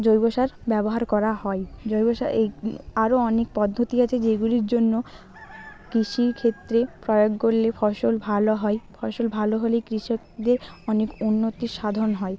জৈব সার ব্যবহার করা হয় জৈব সার এই আরও অনেক পদ্ধতি আছে যেগুলির জন্য কৃষির ক্ষেত্রে প্রয়োগ করলে ফসল ভালো হয় ফসল ভালো হলে কৃষকদের অনেক উন্নতি সাধন হয়